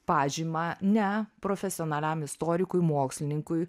pažymą ne profesionaliam istorikui mokslininkui